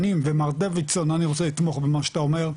שנים ומר דוידסון, אני רוצה לתמוך במה שאתה אומר,